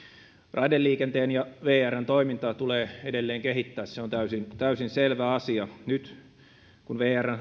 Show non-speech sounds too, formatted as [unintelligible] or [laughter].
raideliikenteen ja vrn toimintaa tulee edelleen kehittää se on täysin täysin selvä asia nyt kun vrn [unintelligible]